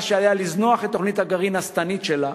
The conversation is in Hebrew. שעליה לזנוח את תוכנית הגרעין השטנית שלה,